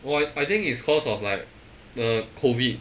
oh I I think it's cause of like the COVID